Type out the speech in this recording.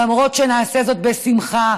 למרות שנעשה זאת בשמחה,